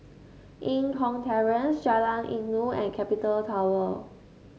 Eng Kong Terrace Jalan Inggu and Capital Tower